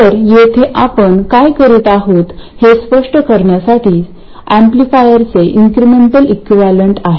तर येथे आपण काय करीत आहोत हे स्पष्ट करण्यासाठी हे एम्पलीफायरचे इन्क्रिमेंटल इक्विवलेंट आहे